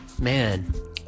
man